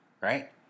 right